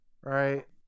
right